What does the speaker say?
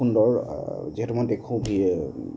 সুন্দৰ যিহেতু মই দেখোঁ